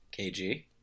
KG